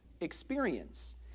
experience